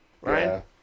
Right